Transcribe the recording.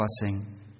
blessing